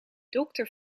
dokter